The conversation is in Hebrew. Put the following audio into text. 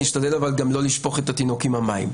אני אשתדל אבל גם לא לשפוך את התינוק עם המים.